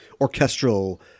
orchestral